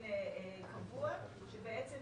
קבוע שבעצם